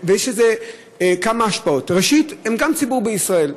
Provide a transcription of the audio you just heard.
ויש לזה כמה השפעות: ראשית, הם גם ציבור בישראל.